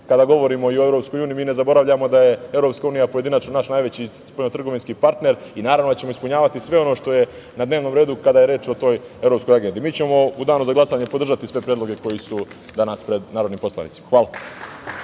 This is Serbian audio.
kada govorimo o EU mi ne zaboravljamo da je EU pojedinačno naš najveći spoljno-trgovinski partner. Naravno da ćemo ispunjavati sve ono što je na dnevnom redu kada je reč o toj Evropskoj agendi.U danu za glasanje mi ćemo podržati sve predloge koji su danas pred narodnim poslanicima. Hvala.